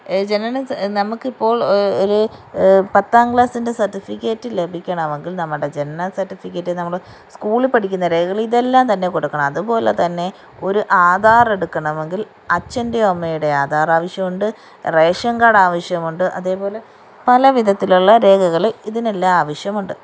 ജനന നമുക്കിപ്പോള് ഒരു പത്താം ക്ലാസ്സിൻ്റെ സർട്ടിഫിക്കറ്റ് ലഭിക്കണമെങ്കിൽ നമ്മുടെ ജനന സർട്ടിഫിക്കറ്റ് നമ്മള് സ്കൂളിൽ പഠിക്കുന്ന രേഖകള് ഇതെല്ലാം തന്നെ കൊടുക്കണം അതുപോലെ തന്നെ ഒരു ആധാർ എടുക്കണമെങ്കിൽ അച്ഛന്റെയും അമ്മയുടെയും ആധാർ ആവശ്യമുണ്ട് റേഷൻ കാർഡ് ആവശ്യമുണ്ട് അതേപോലെ പല വിധത്തിലുള്ള രേഖകള് ഇതിനെല്ലാം ആവശ്യമുണ്ട്